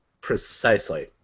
Precisely